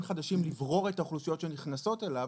חדשים לברור את האוכלוסיות שנכנסות אליו,